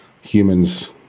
humans